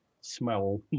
smell